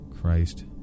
Christ